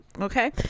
Okay